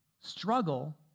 struggle